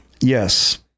Yes